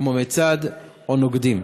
כמו מצד או נוקדים?